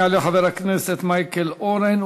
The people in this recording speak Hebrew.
יעלה חבר הכנסת מייקל אורן,